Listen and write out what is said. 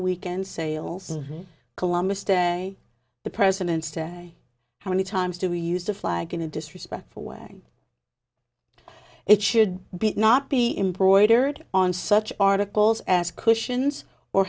weekend sales columbus day the presidents day how many times to use a flag in a disrespectful way it should be not be embroidered on such articles as cushions or